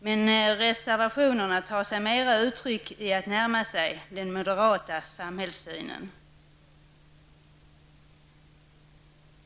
Men reservationerna tar sig mera uttryck i att man närmar sig den moderata samhällssynen.